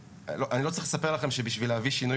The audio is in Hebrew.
אני לא צריך לספר לכם שכדי להביא שינוי